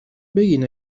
بگین